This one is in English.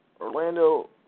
Orlando